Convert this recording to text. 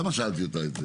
למה שאלתי אותה את זה?